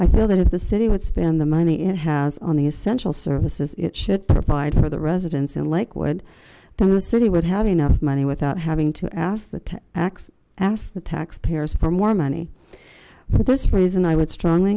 i feel that if the city would spend the money it has on the essential services it should provide for the residents in lakewood then the city would have enough money without having to ask the tax ask the taxpayers for more money but this reason i would strongly